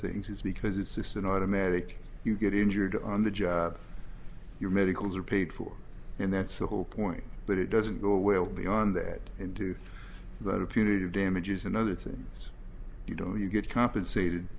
things is because it's just an automatic you get injured on the job you're medicals are paid for and that's the whole point but it doesn't go well beyond that and to that a punitive damages and other things you don't you get compensated